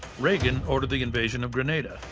reagan ordered the invasion of grenada,